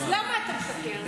אז למה אתה משקר?